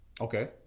Okay